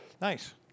Nice